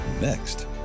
Next